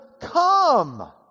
come